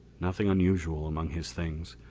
nothing unusual among his things.